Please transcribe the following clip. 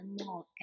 more